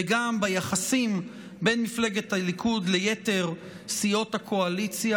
וגם ליחסים בין מפלגת הליכוד ליתר סיעות הקואליציה.